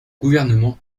gouvernement